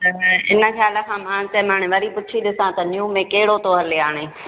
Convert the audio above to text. त हिन ख़्याल खां मां चयोमानि वरी पुछी ॾिसां त न्यू में कहिड़ो थो हले हाणे